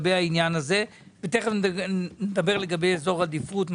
ותכף נדבר על אזור עדיפות.